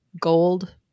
gold